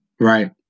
right